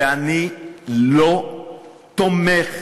ואני לא תומך